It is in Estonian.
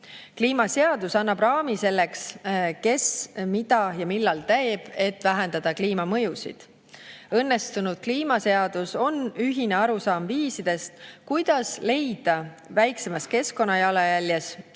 Kliimaseadus annab raami selleks, kes mida ja millal teeb, et vähendada kliimamõjusid. Õnnestunud kliimaseadus on ühine arusaam viisidest, kuidas leida väiksemas keskkonnajalajäljes konkurentsieelis